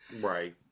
Right